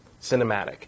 cinematic